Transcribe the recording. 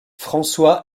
françois